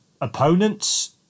opponents